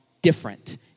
different